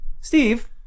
Steve